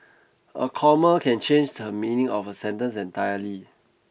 a comma can change the meaning of a sentence entirely